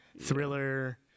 Thriller